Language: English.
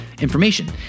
information